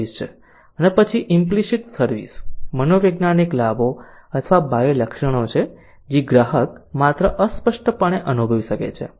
અને પછી implicit service મનોવૈજ્ઞાનિક લાભો અથવા બાહ્ય લક્ષણો છે જે ગ્રાહક માત્ર અસ્પષ્ટપણે અનુભવી શકે છે